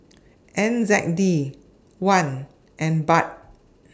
N Z K D one and Baht